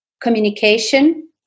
communication